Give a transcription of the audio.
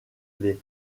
les